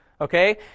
Okay